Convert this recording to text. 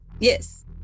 Yes